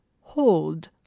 hold